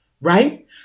right